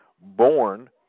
born